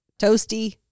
toasty